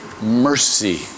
mercy